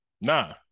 nah